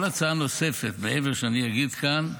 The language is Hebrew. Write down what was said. כל הצעה נוספת מעבר שאני אגיד כאן,